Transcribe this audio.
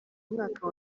mwaka